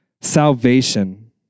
salvation